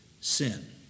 sin